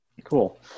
Cool